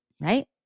right